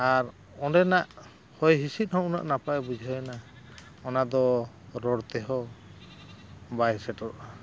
ᱟᱨ ᱚᱸᱰᱮᱱᱟᱜ ᱦᱚᱭ ᱦᱤᱸᱥᱤᱫ ᱦᱚᱸ ᱩᱱᱟᱹᱜ ᱱᱟᱯᱟᱭ ᱵᱩᱡᱷᱟᱹᱣᱮᱱᱟ ᱚᱱᱟᱫᱚ ᱨᱚᱲ ᱛᱮᱦᱚᱸ ᱵᱟᱭ ᱥᱮᱴᱮᱨᱚᱜᱼᱟ